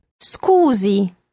Scusi